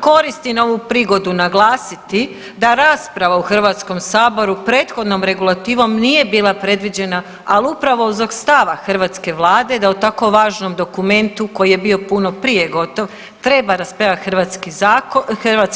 Koristim ovu prigodu naglasiti da rasprava u HS-u prethodnom regulativom nije bila predviđena, ali upravo zbog stava hrvatske Vlade da o tako važnom dokumentu koji je bio puno prije gotov treba raspravljati HS.